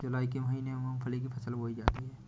जूलाई के महीने में मूंगफली की फसल बोई जाती है